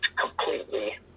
completely